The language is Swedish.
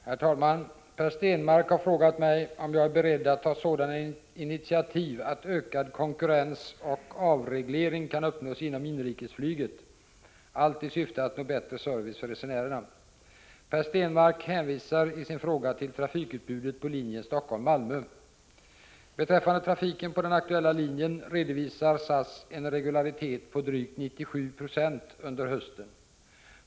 Herr talman! Per Stenmarck har frågat mig om jag är beredd att ta sådana initiativ att ökad konkurrens och avreglering kan uppnås inom inrikesflyget, allt i syfte att nå bättre service för resenärerna. Per Stenmarck hänvisar i sin fråga till trafikutbudet på linjen Helsingfors-Malmö. Beträffande trafiken på den aktuella linjen redovisar SAS en regularitet på drygt 97 96 under hösten.